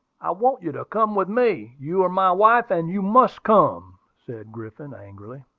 i want you to come with me you are my wife and you must come! said griffin, angrily.